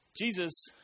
Jesus